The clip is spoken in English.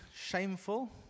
shameful